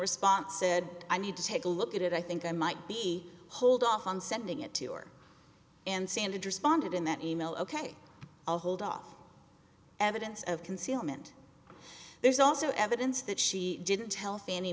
response said i need to take a look at it i think i might be hold off on sending it to or in sanded responded in that e mail ok i'll hold off evidence of concealment there's also evidence that she didn't tell fann